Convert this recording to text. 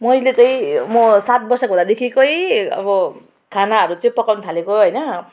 मैले चाहिँ म सात वर्षको हुँदादेखिकै अब खानाहरू चाहिँ पकाउन थालेको होइन